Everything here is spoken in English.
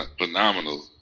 phenomenal